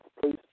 please